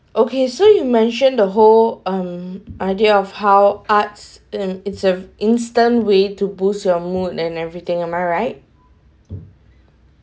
okay so you mentioned the whole um idea of how arts and it's an instant way to boost your mood and everything am my right